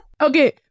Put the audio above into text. Okay